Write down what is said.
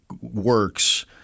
works